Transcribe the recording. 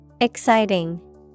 Exciting